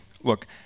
look